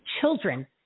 children